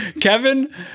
Kevin